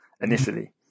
initially